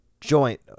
joint